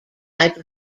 type